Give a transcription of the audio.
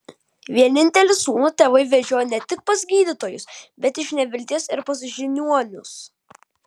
vienintelį sūnų tėvai vežiojo ne tik pas gydytojus bet iš nevilties ir pas žiniuonius